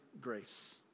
grace